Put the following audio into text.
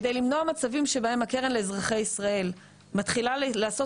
כדי למנוע מצבים שבהם הקרן לאזרחי ישראל מתחילה לעשות